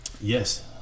Yes